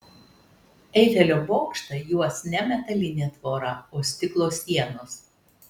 eifelio bokštą juos ne metalinė tvora o stiklo sienos